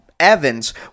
Evans